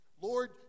Lord